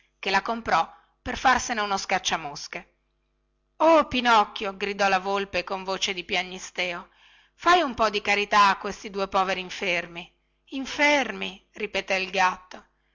che la comprò per farsene uno scacciamosche o pinocchio gridò la volpe con voce di piagnisteo fai un po di carità a questi due poveri infermi infermi ripeté il gatto